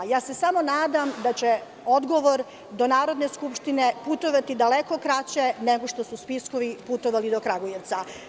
Samo se nadam da će odgovor do Narodne skupštine putovati daleko kraće nego što su spiskovi putovali do Kragujevca.